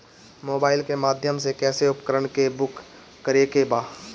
Mobile के माध्यम से कैसे उपकरण के बुक करेके बा?